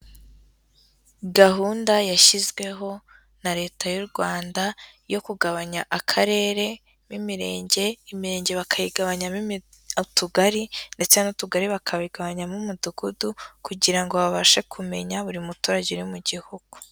Gahunda yashyizweho na Leta y'u Rwanda yo kugabanya Akarere n'Imirenge, Imirenge bakayigabanyamo Utugari ndetse n'Utugari bakabigabanyamo Umudugudu kugira ngo babashe kumenya buri muturage uri mu gihugu.